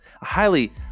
highly